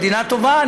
מדינה טובה,